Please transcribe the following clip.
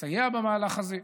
ולסייע למהלך הזה.